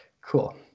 cool